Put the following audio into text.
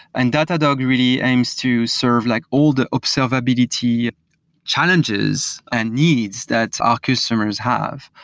and datadog really aims to serve like old observability challenges and needs that are customers have.